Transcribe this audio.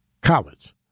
college